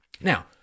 Now